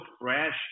fresh